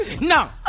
No